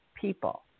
people